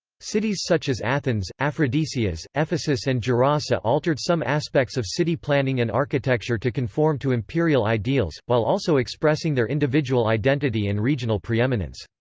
cities such as athens, aphrodisias, ephesus and gerasa altered some aspects of city planning and architecture to conform to imperial ideals, while also expressing their identity and regional preeminence.